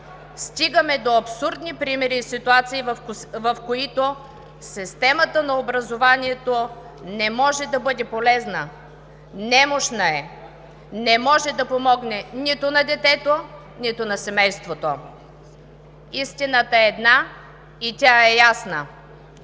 стигаме до абсурдни примери и ситуации, в които системата на образованието не може да бъде полезна. Немощна е – не може да помогне нито на детето, нито на семейството. Истината е една и тя е ясна